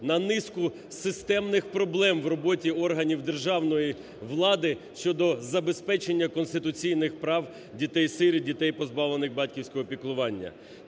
на низку системних проблем в роботі органів державної влади щодо забезпечення конституційних прав дітей-сиріт, дітей, позбавлених батьківського піклування.